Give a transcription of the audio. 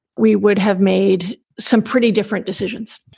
we would have made some pretty different decisions.